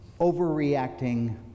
overreacting